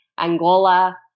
Angola